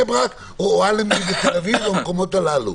ברק או אלנבי בתל אביב או במקומות האלה.